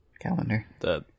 calendar